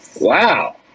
Wow